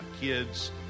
kids